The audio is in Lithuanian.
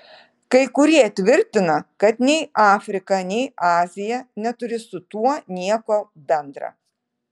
kai kurie tvirtina kad nei afrika nei azija neturi su tuo nieko bendra